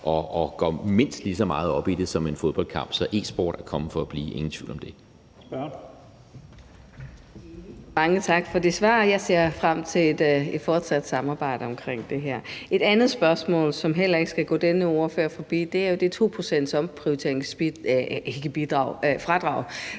og går mindst lige så meget op i det som til en fodboldkamp. Så e-sport er kommet for at blive – ingen tvivl om det.